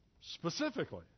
specifically